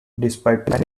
despite